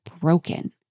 broken